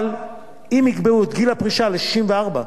אבל אם יקבעו את גיל הפרישה ל-64,